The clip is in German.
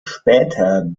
später